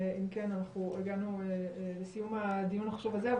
הגענו לסיום הדיון החשוב הזה,